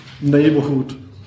neighborhood